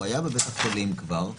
הוא היה בבית חולים כבר,